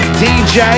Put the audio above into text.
dj